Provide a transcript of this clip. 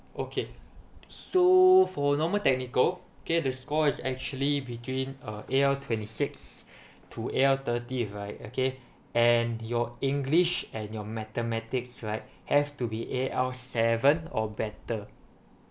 okay so for normal technical okay the score is actually between uh A_L twenty six to A_L thirty right okay and your english and your mathematics right have to be A_L seven or better